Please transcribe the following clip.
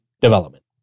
development